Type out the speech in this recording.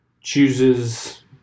chooses